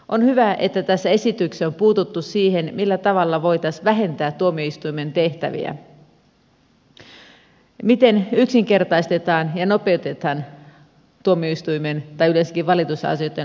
on hyvä että tässä esityksessä on puututtu siihen millä tavalla voitaisiin vähentää tuomioistuimen tehtäviä miten yksinkertaistetaan ja nopeutetaan tuomioistuinkäsittelyä tai yleensäkin valitusasioitten hoitamista